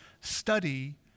study